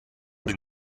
been